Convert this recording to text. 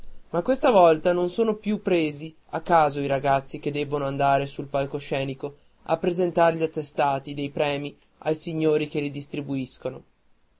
ma questa volta non sono più presi a caso i ragazzi che debbono andar sul palcoscenico a presentar gli attestati dei premi ai signori che li distribuiscono